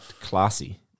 classy